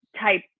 type